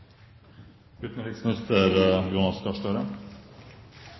utenriksminister Jonas Gahr Støre